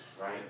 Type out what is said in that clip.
right